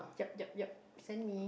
yeap yeap yeap send me